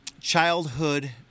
childhood